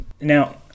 Now